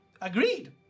Agreed